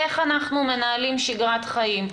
איך אנחנו מנהלים שגרת חיים,